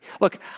Look